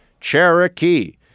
Cherokee